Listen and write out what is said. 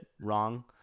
wrong